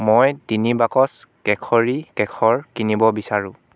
মই তিনি বাকচ কেশৰী কেশৰ কিনিব বিচাৰোঁ